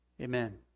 Amen